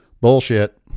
bullshit